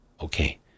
Okay